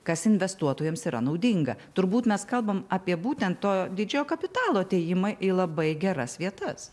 kas investuotojams yra naudinga turbūt mes kalbam apie būtent to didžiojo kapitalo atėjimą į labai geras vietas